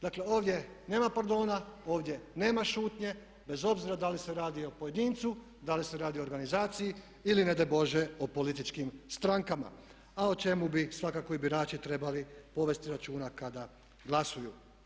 Dakle, ovdje nema pardona, ovdje nema šutnje bez obzira da li se radi o pojedincu, da li se radi o organizaciji ili ne daj Bože o političkim strankama, a o čemu bi svakako i birači trebali povesti računa kada glasuju.